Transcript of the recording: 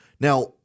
Now